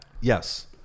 Yes